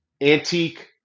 antique